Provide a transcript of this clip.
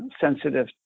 Sensitive